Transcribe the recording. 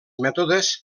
mètodes